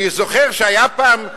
אני זוכר שהיה פעם,